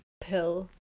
pill